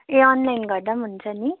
ए online गर्दा पनि हुन्छ नि